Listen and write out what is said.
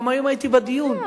גם היום הייתי בדיון,